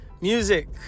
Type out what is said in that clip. Music